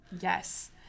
Yes